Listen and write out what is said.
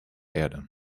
erde